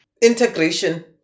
Integration